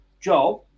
job